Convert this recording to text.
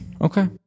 Okay